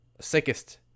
sickest